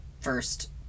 first